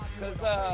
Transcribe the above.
cause